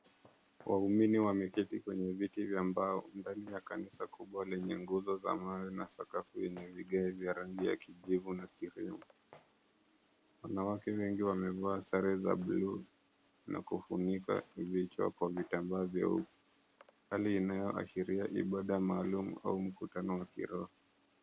Waumini wameketi kwenye viti vya mbao ndani ya kanisa kubwa lenye nguzo mawe na sakafu yenye vigae vya rangi ya kijivu na kirimu, wanawake wengi wamevaa sare za bluu na kufinika vichwa kwa vitambaa vyeupe hali inayoashiria ibada maalum au mkutano wa kiroho.